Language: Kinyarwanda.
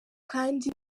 kandi